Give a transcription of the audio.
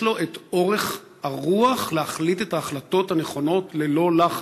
יש לו את אורך הרוח להחליט את ההחלטות הנכונות ללא לחץ,